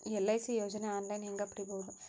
LIC ಯೋಜನೆ online ಹೇಂಗ ಪಡಿಬಹುದು?